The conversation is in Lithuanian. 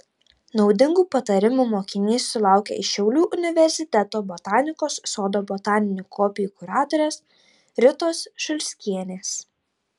naudingų patarimų mokinys sulaukia iš šiaulių universiteto botanikos sodo botaninių kopijų kuratorės ritos šulskienės